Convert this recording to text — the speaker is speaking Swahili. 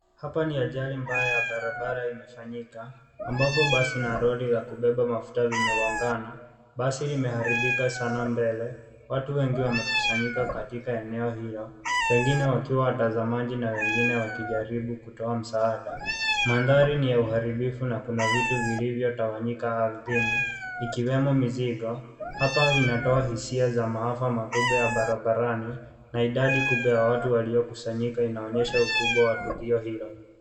Hapa ni ajali mbaya ya barabara imefanyika ambapo basi na lori la kubeba mafuta vimegongana. Basi limeharibika sana mbele. Watu wengi wamekusanyika katika eneo hilo wengine wakiwa watazamaji na wengine wakijaribu kutoa msaada. Mandhari ni ya uharibifu na kuna vitu vilivyotawanyika ardhini ikiwemo mizigo. Hapa inatoa hisia za maafa makubwa ya barabarani na idadi kubwa ya watu waliokusanyika inaonyesha ukubwa wa tukio hilo.